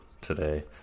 today